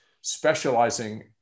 specializing